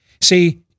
see